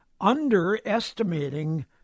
underestimating